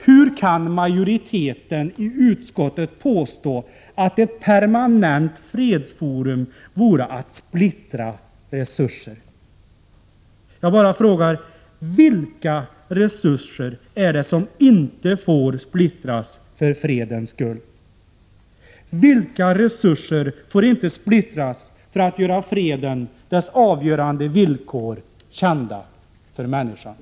Hur kan majoriteten i utskottet påstå att ett permanent fredsforum vore att splittra resurser? Jag bara frågar: Vilka resurser är det som inte får splittras för fredens skull? Vilka resurser får inte splittras för att göra freden, dess avgörande villkor kända för människor?